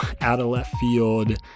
out-of-left-field